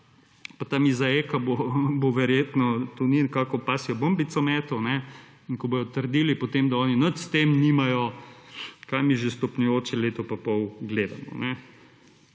tam iz aeka bo verjetno Tonin kakšno pasjo bombico metal in ko bodo trdili potem da oni nič s tem nimajo, kaj mi že stopnjujoče leto in pol gledamo.